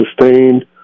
sustained